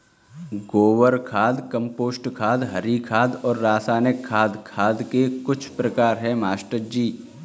गोबर खाद कंपोस्ट खाद हरी खाद और रासायनिक खाद खाद के कुछ प्रकार है मास्टर जी